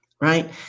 Right